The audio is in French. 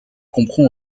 comprend